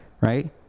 right